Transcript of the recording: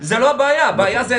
הוא בעיקר חשוב לנו,